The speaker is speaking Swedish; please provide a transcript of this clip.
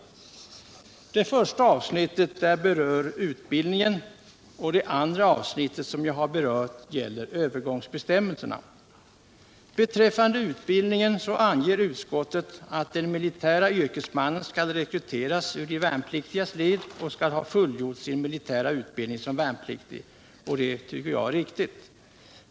Det första avsnittet berör Beträffande utbildningen anger utskottet att den militäre yrkesmannen skall rekryteras ur de värnpliktigas led och ha fullgjort sin militära utbildning som värnpliktig. Det tycker jag är riktigt.